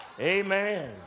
Amen